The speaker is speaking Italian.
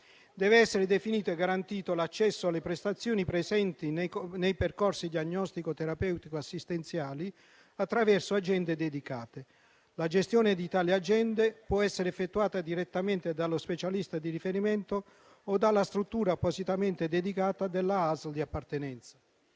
debba essere definito e garantito l'accesso alle prestazioni presenti nei percorsi diagnostico-terapeutico-assistenziali, attraverso agende dedicate. La gestione di tali agende può essere effettuata direttamente dallo specialista di riferimento o dalla struttura appositamente dedicata della ASL di appartenenza.